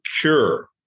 cure